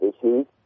issues